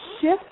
shift